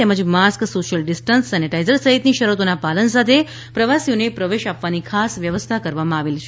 તેમજ mask social distancing sanitiser સહિતની શરતોના પાલન સાથે પ્રવાસીઓને પ્રવેશ આપવાની ખાસ વ્યવસ્થા કરવામાં આવેલ છે